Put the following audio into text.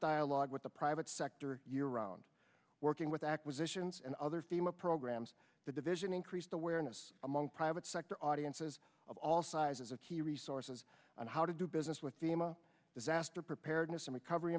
dialogue with the private sector year round working with acquisitions and other thema programs the division increased awareness among private sector audiences of all sizes of key resources on how to do business with d m a disaster preparedness and recover